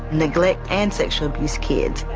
neglect and sexual abuse kids.